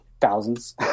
thousands